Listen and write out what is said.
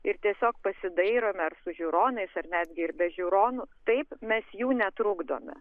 ir tiesiog pasidairome ar su žiūronais ir netgi ir be žiūronų taip mes jų netrukdome